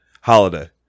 Holiday